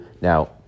Now